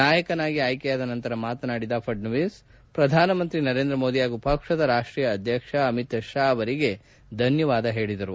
ನಾಯಕನಾಗಿ ಆಯ್ಕೆಯಾದ ನಂತರ ಮಾತನಾಡಿದ ಫಡ್ನವೀಸ್ ಪ್ರಧಾನಮಂತ್ರಿ ನರೇಂದ್ರ ಮೋದಿ ಹಾಗೂ ಪಕ್ಷದ ರಾಷ್ಟ್ರೀಯ ಅಧ್ಯಕ್ಷ ಅಮಿತ್ ಶಾ ಅವರಿಗೆ ಧನ್ಯವಾದ ಹೇಳಿದರು